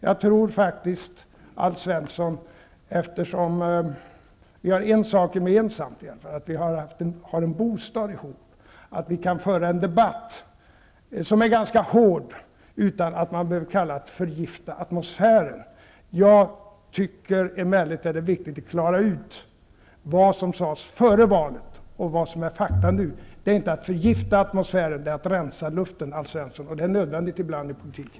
Jag tror faktiskt, Alf Svensson -- vi har ju en sak gemensamt, nämligen att vi har en bostad ihop -- att vi kan föra en debatt som är ganska hård utan att man för den skull behöver kalla det för att förgifta atmosfären. Jag tycker emellertid att det är viktigt att klara ut vad som sades före valet och vad som är fakta nu. Det är inte att förgifta atmosfären. Det är att rensa luften, Alf Svensson, och det är nödvändigt ibland i politiken.